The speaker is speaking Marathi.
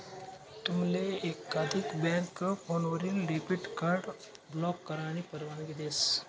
तुमले एकाधिक बँक फोनवरीन डेबिट कार्ड ब्लॉक करानी परवानगी देस